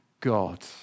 God